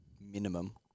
Minimum